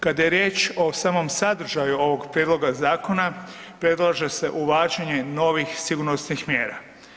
Kada je riječ o samom sadržaju ovog prijedloga zakona, predlaže se uvađanje novih sigurnosnih mjera.